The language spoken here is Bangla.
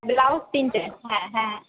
ব্লাউজ তিনটে হ্যাঁ হ্যাঁ